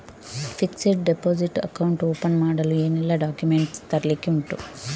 Fixed deposit account open ಮಾಡಲು ಏನೆಲ್ಲಾ documents ತರ್ಲಿಕ್ಕೆ ಉಂಟು?